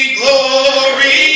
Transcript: glory